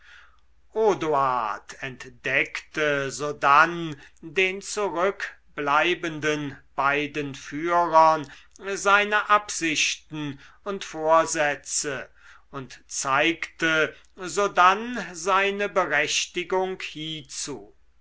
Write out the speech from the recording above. odoard entdeckte sodann den zurückbleibenden beiden führern seine absichten und vorsätze und zeigte sodann seine berechtigung hiezu